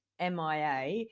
MIA